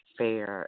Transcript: fair